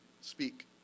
speak